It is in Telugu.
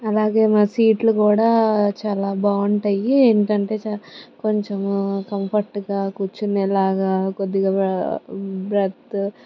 అలాగే మా సీట్లు కూడా చాలా బాగుంటాయి ఏంటంటే కొంచెం కంఫర్ట్గా కూర్చుని ఎలాగా కొద్దిగా బెర్త్